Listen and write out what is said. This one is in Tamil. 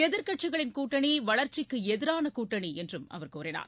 எதிர்க்கட்சிகளின் கூட்டணி வளர்ச்சிக்கு எதிரான கூட்டணி என்றும் அவர் கூறினார்